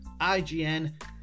IGN